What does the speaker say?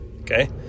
okay